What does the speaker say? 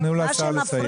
תנו לשר לסיים.